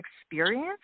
experience